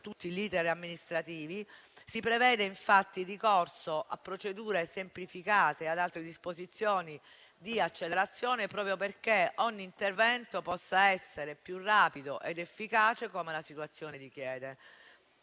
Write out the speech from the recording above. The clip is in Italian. tutti gli *iter* amministrativi, si prevede infatti il ricorso a procedure semplificate e ad altre disposizioni di accelerazione proprio perché ogni intervento possa essere più rapido ed efficace, come la situazione richiede.